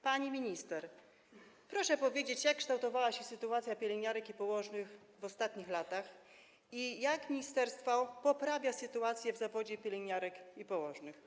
Pani minister, proszę powiedzieć, jak kształtowała się sytuacja pielęgniarek i położnych w ostatnich latach i jak ministerstwo poprawia sytuację w zawodach pielęgniarek i położnych.